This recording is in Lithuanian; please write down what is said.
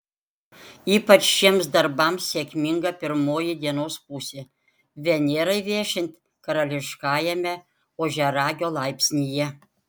ypač šiems darbams sėkminga pirmoji dienos pusė venerai viešint karališkajame ožiaragio laipsnyje